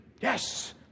Yes